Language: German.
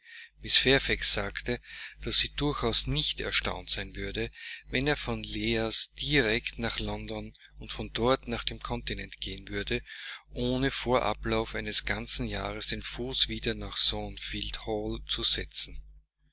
sagte daß sie durchaus nicht erstaunt sein würde wenn er von leas direkt nach london und von dort nach dem kontinent gehen würde ohne vor ablauf eines ganzen jahres den fuß wieder nach thornfield hall zu setzen